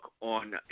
on